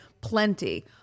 Plenty